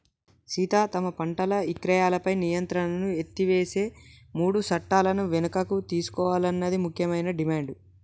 సీత తమ పంటల ఇక్రయాలపై నియంత్రణను ఎత్తివేసే మూడు సట్టాలను వెనుకకు తీసుకోవాలన్నది ముఖ్యమైన డిమాండ్